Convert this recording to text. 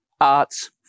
arts